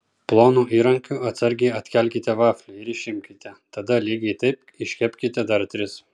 plonu įrankiu atsargiai atkelkite vaflį ir išimkite tada lygiai taip iškepkite dar tris